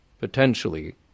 potentially